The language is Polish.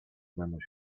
będą